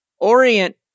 orient